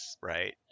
right